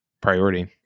priority